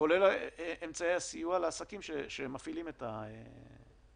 ראינו את זה בנושא הסיוע לעסקים הקטנים העצמאיים,